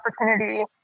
opportunity